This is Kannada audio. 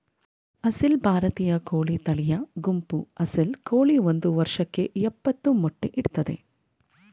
ಅಸೀಲ್ ಭಾರತೀಯ ಕೋಳಿ ತಳಿಯ ಗುಂಪು ಅಸೀಲ್ ಕೋಳಿ ಒಂದ್ ವರ್ಷಕ್ಕೆ ಯಪ್ಪತ್ತು ಮೊಟ್ಟೆ ಇಡ್ತದೆ